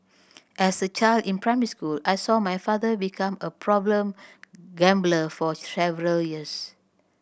as a child in primary school I saw my father become a problem gambler for several years